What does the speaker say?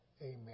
amen